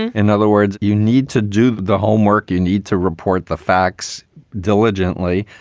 in other words, you need to do the homework, you need to report the facts diligently,